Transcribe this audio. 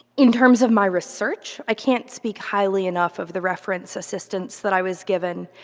in terms of my research, i can't speak highly enough of the reference assistance that i was given,